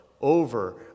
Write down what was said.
over